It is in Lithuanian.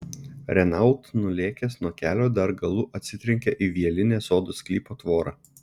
renault nulėkęs nuo kelio dar galu atsitrenkė į vielinę sodo sklypo tvorą